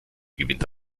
gewinnt